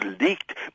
leaked